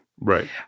Right